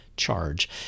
charge